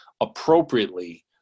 appropriately